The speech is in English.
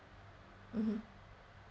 mmhmm